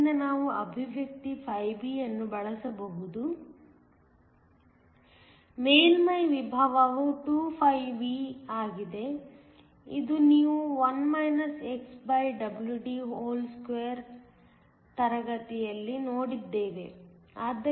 ಆದ್ದರಿಂದ ನಾವು ಅಭಿವ್ಯಕ್ತಿ φb ಅನ್ನು ಬಳಸಬಹುದು ಮೇಲ್ಮೈ ವಿಭವವು 2φb ಆಗಿದೆ ಇದು ನೀವು 2 ತರಗತಿಯಲ್ಲಿ ನೋಡಿದ್ದೀರಿ